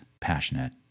passionate